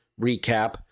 recap